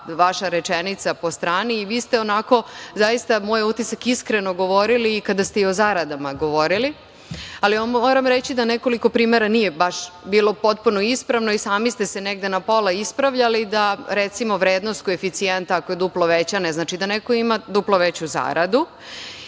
vaša rečenica po strani. Vi ste onako zaista, moj utisak, iskreno govorili kada ste i o zaradama govorili, ali moram vam reći da nekoliko primera nije baš bilo potpuno ispravno i sami ste se negde na pola ispravljali, da recimo vrednost koeficijenta ako je duplo veća, ne znači da neko ima duplo veću zaradu. Moram